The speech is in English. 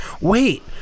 Wait